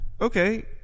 okay